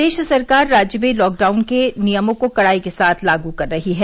प्रदेश सरकार राज्य में लॉकडाउन के नियमों को कड़ाई के साथ लागू कर रही है